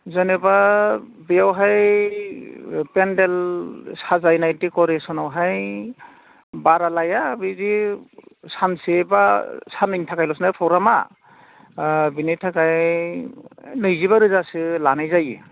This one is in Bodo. जेन'बा बेवहाय पेन्डेल साजायनाय डेक'रेसनावहाय बारा लाया बिदि सानसे बा साननैनि थाखायल'सो प्रग्रामा बिनि थाखाय नैजिबा रोजासो लानाय जायो